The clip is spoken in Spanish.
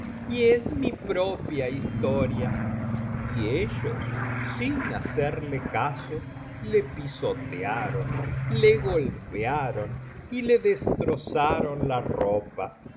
y es mi propia historia y ellos sin hacerle caso le pisotearon le golpearon y le destrozaron la ropa